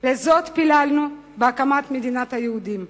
פיללנו בהקמת מדינת היהודים?